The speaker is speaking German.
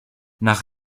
nach